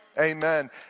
Amen